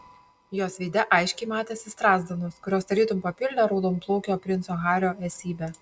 jos veide aiškiai matėsi strazdanos kurios tarytum papildė raudonplaukio princo hario esybę